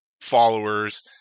followers